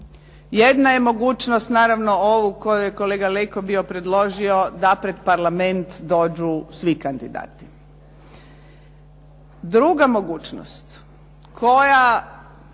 jedna je mogućnost naravno ovu koju je kolega Leko bio predložio da pred Parlament dođu svi kandidati. Druga mogućnost koja